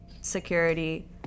security